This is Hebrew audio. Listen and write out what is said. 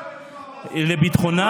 לביטחונה,